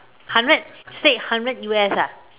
hundred state hundred U_S ah